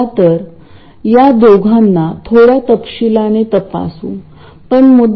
तर आपल्याला काय करायचे आहे आपल्याला ते वेगळ्या प्रकारे कनेक्ट करावे लागेल आपण ते थेट कनेक्ट करू शकत नाही